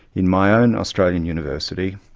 in my own australian university,